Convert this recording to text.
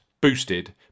boosted